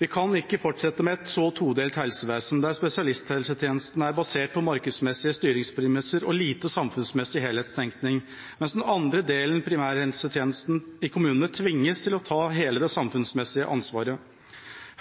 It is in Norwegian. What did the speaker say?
Vi kan ikke fortsette med et så todelt helsevesen, der spesialisthelsetjenesten er basert på markedsmessige styringspremisser og lite samfunnsmessig helhetstenkning, mens den andre delen, primærhelsetjenesten i kommunene, tvinges til å ta hele det samfunnsmessige ansvaret.